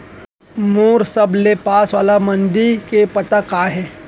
मोर सबले पास वाले मण्डी के पता का हे?